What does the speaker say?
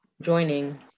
Joining